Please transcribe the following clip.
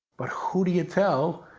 but who do you tell,